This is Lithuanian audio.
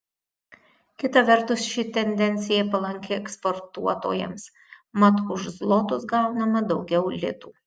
kita vertus ši tendencija palanki eksportuotojams mat už zlotus gaunama daugiau litų